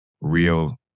real